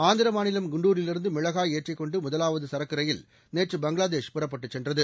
ஆந்திர மாநிலம் குண்டூரிலிருந்து மிளகாய் ஏற்றிக் கொண்டு முதலாவது சரக்கு ரயில் நேற்று பங்களாதேஷ் புறப்பட்டுச் சென்றது